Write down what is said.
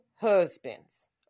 husbands